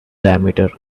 diameter